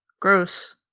Gross